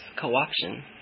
co-option